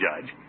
Judge